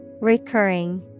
Recurring